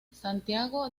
santiago